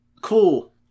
cool